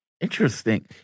Interesting